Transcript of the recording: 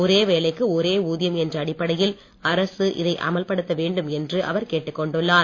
ஓரே வேலைக்கு ஓரே ஊதியம் என்ற அடிப்படையில் அரசு இதை அமல்படுத்த வேண்டும் என்று அவர் கேட்டுக்கொண்டுள்ளார்